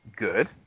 Good